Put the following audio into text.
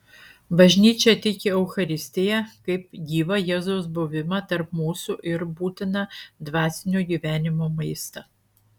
bažnyčia tiki eucharistiją kaip gyvą jėzaus buvimą tarp mūsų ir būtiną dvasinio gyvenimo maistą